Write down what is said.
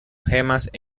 gemas